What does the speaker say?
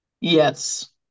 Yes